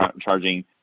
charging